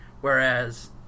whereas